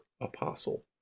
apostle